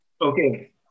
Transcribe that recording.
Okay